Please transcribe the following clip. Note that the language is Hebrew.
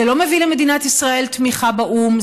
זה לא מביא למדינת ישראל תמיכה באו"ם,